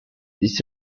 this